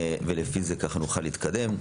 ולפי זה נוכל להתקדם.